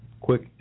quick